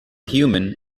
human